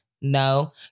No